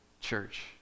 church